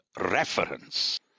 reference